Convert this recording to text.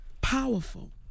powerful